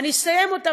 אסיים אותם,